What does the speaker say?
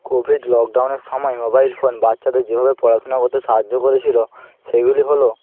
Covid লকডাউনের সময় mobile phone বাচ্চাদের যেভাবে পড়াশোনা করতে সাহায্য করেছিল সেগুলি হল